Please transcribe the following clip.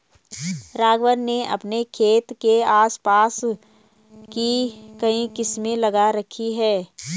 राघवन ने अपने खेत के आस पास बांस की कई किस्में लगा रखी हैं